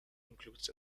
includes